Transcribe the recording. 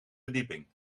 verdieping